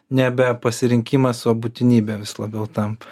nebe pasirinkimas o būtinybė vis labiau tampa